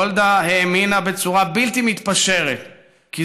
גולדה האמינה בצורה בלתי מתפשרת כי